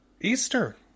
Easter